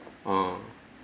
err